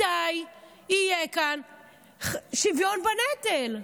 מתי יהיה כאן שוויון בנטל?